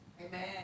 Amen